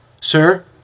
Sir